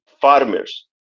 farmers